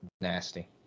Nasty